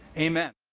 amen.